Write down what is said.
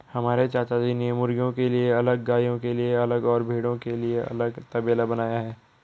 हमारे चाचाजी ने मुर्गियों के लिए अलग गायों के लिए अलग और भेड़ों के लिए अलग तबेला बनाया है